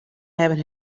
hebben